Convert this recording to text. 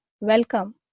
welcome